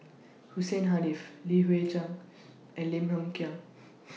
Hussein Haniff Li Hui Cheng and Lim Hng Kiang